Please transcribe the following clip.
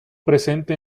presente